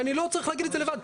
ואני לא צריך להגיד את זה לבד,